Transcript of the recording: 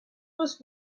was